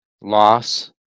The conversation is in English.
loss